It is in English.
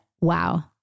wow